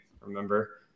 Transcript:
remember